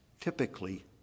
typically